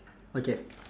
okay